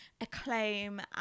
acclaim